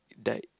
died